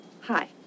Hi